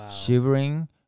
shivering